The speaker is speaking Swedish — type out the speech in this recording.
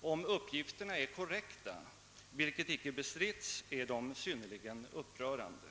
Om uppgifterna är korrekta, vilket inte har bestritts, är det synnerligen upprörande.